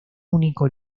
único